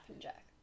Jack